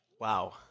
Wow